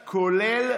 מוסרות.